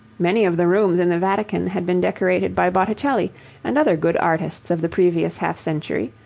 many of the rooms in the vatican had been decorated by botticelli and other good artists of the previous half-century,